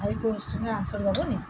ଆ ଏ କୋଶ୍ଚିନ୍ର ଆନ୍ସର୍ ଦବୁନି